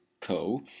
Co